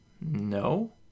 No